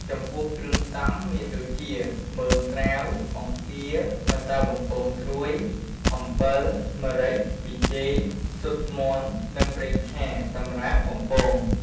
ចំពោះគ្រឿងផ្សំមានដូចជា មើមត្រាវ បង្គា ម្សៅបំពងស្រួយ អំបិល ម្រេច ប៊ីចេង ស៊ុតមាន់ និងប្រេងឆាសម្រាប់បំពង។